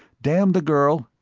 damn the girl!